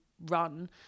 run